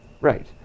right